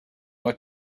what